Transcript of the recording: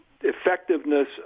effectiveness